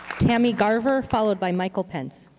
tammy garver followed by michael pence.